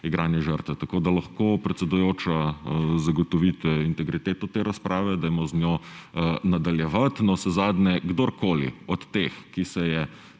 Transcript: igranje žrtve. Tako lahko, predsedujoča, zagotovite integriteto te razprave, dajmo z njo nadaljevati. Navsezadnje kdorkoli od teh, ki se je